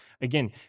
Again